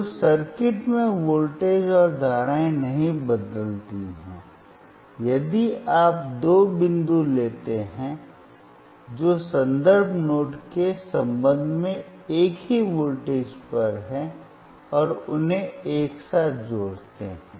तो सर्किट में वोल्टेज और धाराएं नहीं बदलती हैं यदि आप दो बिंदु लेते हैं जो संदर्भ नोड के संबंध में एक ही वोल्टेज पर हैं और उन्हें एक साथ जोड़ते हैं